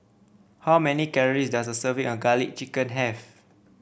how many calories does a serving of garlic chicken have